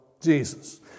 Jesus